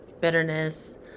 bitterness